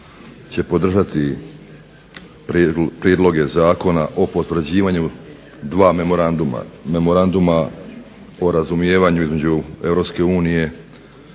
Hvala vam.